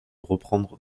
reprendre